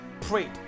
prayed